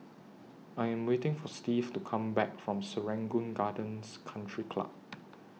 I Am waiting For Steve to Come Back from Serangoon Gardens Country Club